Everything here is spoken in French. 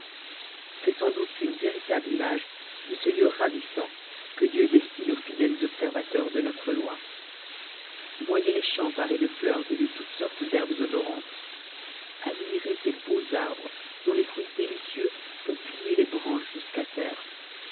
c'est sans doute une véritable image de ce lieu ravissant que dieu destine aux fidèles observateurs de notre toi voyez les champs pares de fleurs et de toutes sortes d'herbes odorantes admirez ces beaux arbres dont les fruits dé ic eax font plier les branches jusqu'à terre